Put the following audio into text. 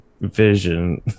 vision